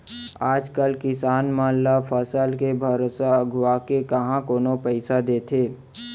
आज कल किसान मन ल फसल के भरोसा अघुवाके काँहा कोनो पइसा देथे